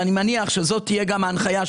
ואני מניח שזאת תהיה גם ההנחיה,